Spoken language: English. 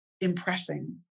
impressing